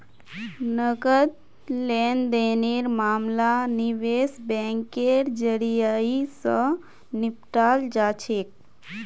नकद लेन देनेर मामला निवेश बैंकेर जरियई, स निपटाल जा छेक